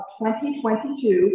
2022